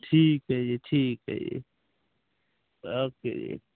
ਠੀਕ ਹੈ ਜੀ ਠੀਕ ਹੈ ਜੀ ਓਕੇ ਜੀ